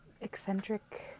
eccentric